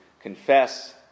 confess